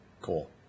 Cool